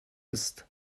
ist